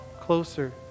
closer